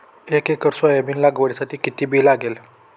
एक acre soybean लागवडीसाठी किती बी लागेल?